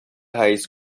raiz